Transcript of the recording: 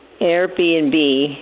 Airbnb